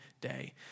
day